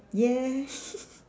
yes